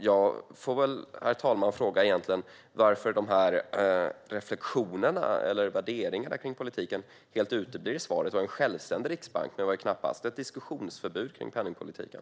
Jag får väl, herr talman, fråga varför reflektionerna och värderingarna av politiken helt uteblir i svaret. Vi har en självständig riksbank, men vi har knappast ett diskussionsförbud vad gäller penningpolitiken.